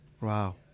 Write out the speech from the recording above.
Wow